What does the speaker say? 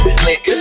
click